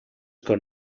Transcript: con